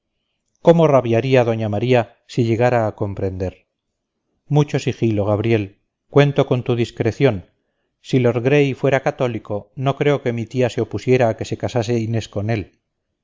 cómo rabiaría doña maría si llegara a comprender mucho sigilo gabriel cuento con tu discreción si lord gray fuera católico no creo que mi tía se opusiera a que se casase inés con él